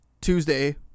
Tuesday